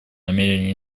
намерение